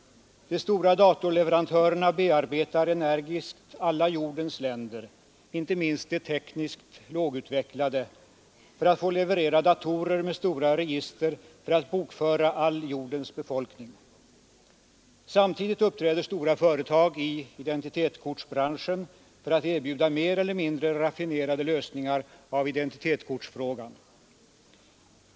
De stora datorleverantörerna bearbetar energiskt alla jordens länder, inte minst de tekniskt lågutvecklade, för att få leverera datorer med stora register för att bokföra all jordens befolkning. Samtidigt uppträder stora företag i identitetskortsbranschen för att erbjuda mer eller mindre raffinerade lösningar av identitetskortsproblemet.